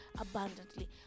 abundantly